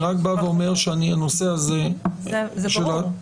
אני רק בעיה שהנושא הזה -- זה ברור.